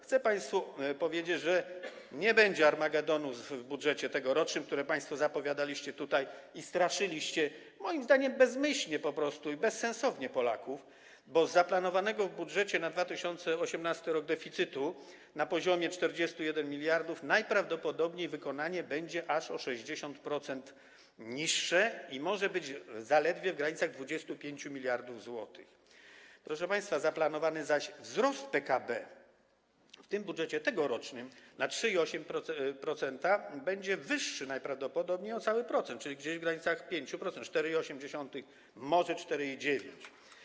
Chcę państwu powiedzieć, że nie będzie armagedonu w budżecie tegorocznym, który państwo zapowiadaliście tutaj i straszyliście, moim zdaniem bezmyślnie po prostu i bezsensownie Polaków, bo z zaplanowanego w budżecie na 2018 r. deficytu na poziomie 41 mld najprawdopodobniej wykonanie będzie aż o 60% niższe i może być zaledwie w granicach 25 mld zł, zaplanowany zaś wzrost PKB w tym budżecie tegorocznym na 3,8% będzie wyższy najprawdopodobniej o cały procent, czyli gdzieś w granicach 5%, 4,8%, może 4,9.